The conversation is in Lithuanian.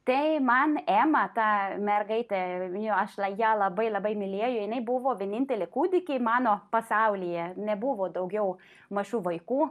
tai man ema ta mergaitė aš ją labai labai mylėjau jinai buvo vienintelė kūdikiai mano pasaulyje nebuvo daugiau mažų vaikų